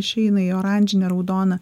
išeina į oranžinę raudoną